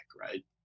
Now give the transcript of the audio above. right